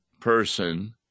person